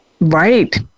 Right